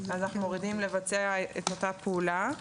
אנחנו מורידים "לבצע את אותה פעולה"